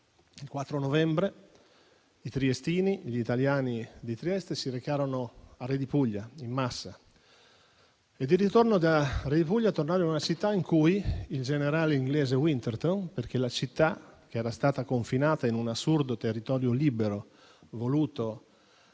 Il 4 novembre i triestini, gli italiani di Trieste, si recarono a Redipuglia in massa e di ritorno da Redipuglia tornarono nella città in cui li aspettava il generale inglese Winterston. La città era stata infatti confinata in un assurdo territorio libero voluto